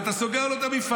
אתה סוגר לו את המפעל.